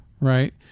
right